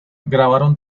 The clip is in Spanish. grabaron